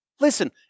Listen